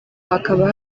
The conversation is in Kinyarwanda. hakaba